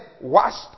washed